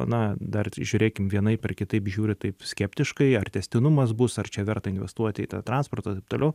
na dar žiūrėkim vienaip ar kitaip žiūri taip skeptiškai ar tęstinumas bus ar čia verta investuoti į tą transportą ir taip toliau